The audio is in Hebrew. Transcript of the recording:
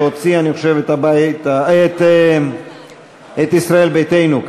להוציא את ישראל ביתנו,